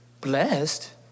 Blessed